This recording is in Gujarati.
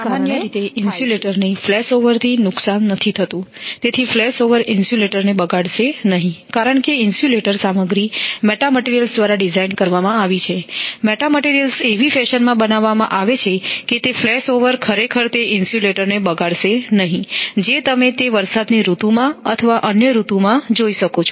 સામાન્ય રીતે ઇન્સ્યુલેટરને ફ્લેશ ઓવરથી નુકસાન નથી થતું તેથી ફ્લેશ ઓવર ઇન્સ્યુલેટરને બગાડશે નહીં કારણ કે ઇન્સ્યુલેટર સામગ્રી મેટા મટિરિયલ્સ દ્વારા ડિઝાઇન કરવામાં આવી છે મેટા મટિરિયલ્સ એવી ફેશનમાં બનાવવામાં આવે છે કે તે ફ્લેશઓવર ખરેખર તે ઇન્સ્યુલેટરને બગાડે નહીં જે તમે તે વરસાદની ઋતુમાં અથવા અન્ય ઋતુમાં જોઈ શકો છો